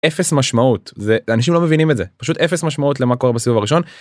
אפס משמעות זה אנשים לא מבינים את זה פשוט אפס משמעות למה קורה בסיבוב הראשון.